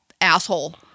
asshole